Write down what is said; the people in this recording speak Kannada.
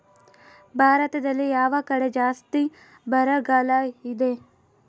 ಭಾರತದಲ್ಲಿ ಯಾವ ಕಡೆ ಜಾಸ್ತಿ ಬರಗಾಲ ಇದೆ?